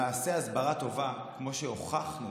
למעשה, כמו שהוכחנו